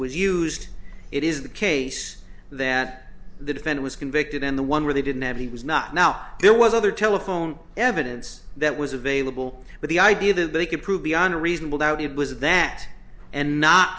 was used it is the case that the defender was convicted in the one where they didn't have he was not now there was other telephone evidence that was available but the idea that they could prove beyond a reasonable doubt it was that and not